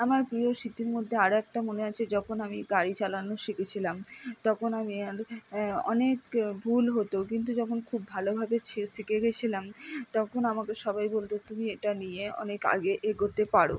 আমার প্রিয় স্মৃতির মধ্যে আরও একটা মনে আছে যখন আমি গাড়ি চালানো শিখেছিলাম তখন আমি অনেক ভুল হতো কিন্তু যখন খুব ভালোভাবে শিখে গিয়েছিলাম তখন আমাকে সবাই বলতো তুমি এটা নিয়ে অনেক আগে এগোতে পারো